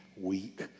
weak